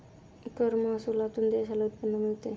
कर महसुलातून देशाला उत्पन्न मिळते